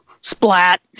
Splat